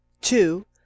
two